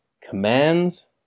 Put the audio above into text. commands